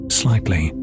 slightly